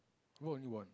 bought only one